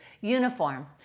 uniform